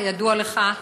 כידוע לך,